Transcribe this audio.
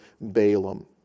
Balaam